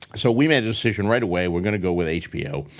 so, we made a decision right away, we're gonna go with hbo.